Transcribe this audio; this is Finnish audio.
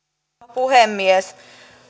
puhemies